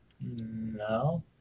No